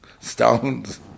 Stones